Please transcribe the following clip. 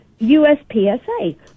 USPSA